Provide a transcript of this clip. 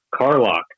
Carlock